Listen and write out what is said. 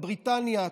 לבריטניה,